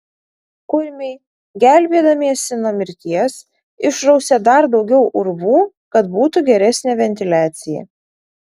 kurmiai gelbėdamiesi nuo mirties išrausė dar daugiau urvų kad būtų geresnė ventiliacija